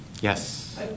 Yes